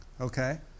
Okay